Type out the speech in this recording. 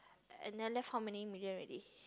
and then left how many million already